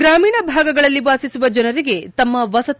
ಗ್ರಾಮೀಣ ಭಾಗಗಳಲ್ಲಿ ವಾಸಿಸುವ ಜನರಿಗೆ ತಮ್ಮ ವಸತಿ